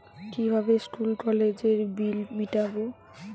কিভাবে স্কুল কলেজের বিল মিটাব?